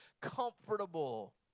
comfortable